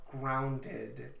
grounded